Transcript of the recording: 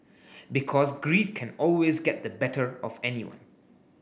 because greed can always get the better of anyone